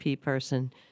person